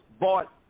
bought